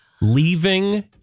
Leaving